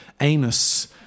anus